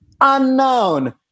Unknown